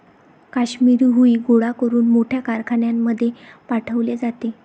काश्मिरी हुई गोळा करून मोठ्या कारखान्यांमध्ये पाठवले जाते